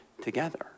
together